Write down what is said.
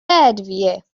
ادویه